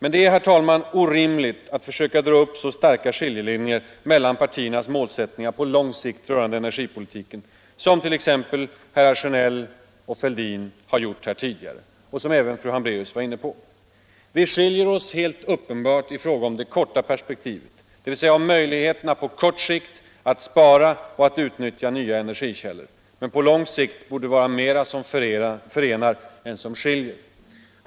Det är orimligt att försöka dra upp så starka skiljelinjer mellan partiernas målsättningar på lång sikt rörande energipolitiken som t.ex. herrar Sjönell och Fälldin har gjort, och som även fru Hambraeus var inne på. Vi skiljer oss helt uppenbart i fråga om det korta perspektivet, dvs. möjligheterna på kort sikt att spara och att utnyttja nya energikällor, men på lång sikt borde det vara mera som förenar än som skiljer.